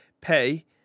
pay